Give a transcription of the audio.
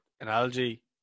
analogy